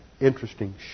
interesting